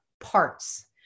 parts